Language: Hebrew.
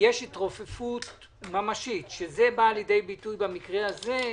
יש התרופפות ממשית, שבאה לידי ביטוי גם במקרה הזה,